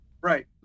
Right